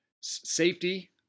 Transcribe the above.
safety